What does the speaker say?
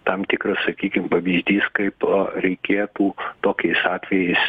tam tikras sakykim pavyzdys kaip reikėtų tokiais atvejais